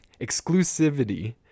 exclusivity